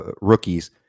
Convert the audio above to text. rookies